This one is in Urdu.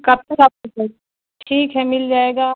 کب تک آپ ٹھیک ہے مل جائے گا